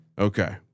Okay